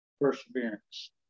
perseverance